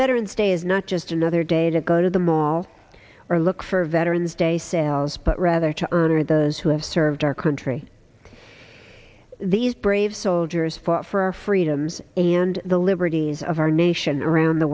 veterans day is not just another day to go to the mall or look for veteran's day sales but rather to honor those who have served our country these brave soldiers fought for our freedoms and the liberties of our nation around the